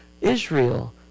Israel